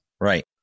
Right